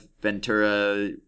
Ventura